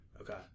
Okay